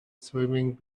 swimming